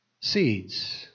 seeds